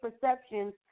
perceptions